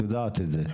כן.